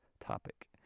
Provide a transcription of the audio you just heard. topic